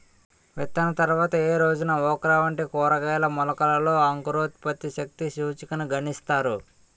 విత్తిన తర్వాత ఏ రోజున ఓక్రా వంటి కూరగాయల మొలకలలో అంకురోత్పత్తి శక్తి సూచికను గణిస్తారు?